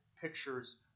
pictures